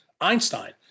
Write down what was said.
Einstein